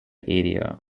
area